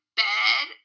bed